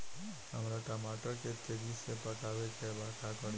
हमरा टमाटर के तेजी से पकावे के बा का करि?